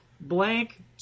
blank